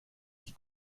qui